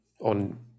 on